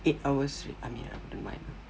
eight hours I mean I wouldn't mind ah